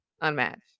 unmatched